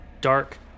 dark